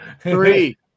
Three